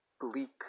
bleak